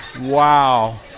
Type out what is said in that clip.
Wow